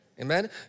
Amen